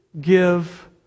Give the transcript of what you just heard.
Give